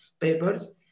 papers